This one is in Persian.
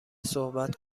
صحبت